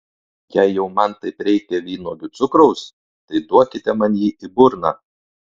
jei jau man taip reikia vynuogių cukraus tai duokite man jį į burną